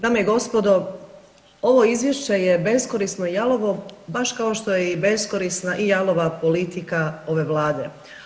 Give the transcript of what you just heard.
Dame i gospodo, ovo izvješće je beskorisno i jalovo baš kao što je i beskorisna i jalova politika ove Vlade.